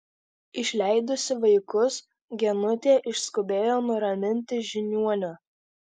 išleidusi vaikus genutė išskubėjo nuraminti žiniuonio